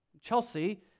Chelsea